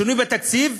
לשינוי בתקציב,